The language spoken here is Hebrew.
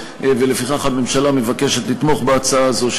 ולפיכך הממשלה מבקשת לתמוך בהצעה הזאת,